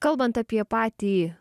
kalbant apie patį